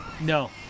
No